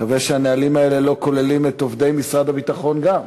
נקווה שהנהלים האלה לא כוללים את עובדי משרד הביטחון גם.